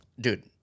Dude